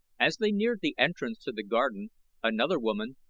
as they neared the entrance to the garden another woman,